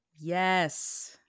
Yes